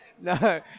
no